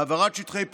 העברת שטחי פעולה,